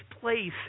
place